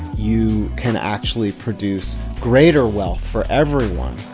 you can actually produce greater wealth for everyone.